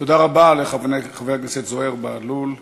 תודה רבה לחבר הכנסת זוהיר בהלול.